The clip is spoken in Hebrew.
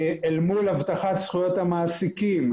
אל מול הבטחת זכויות המעסיקים,